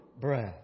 breath